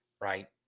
Right